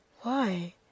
Why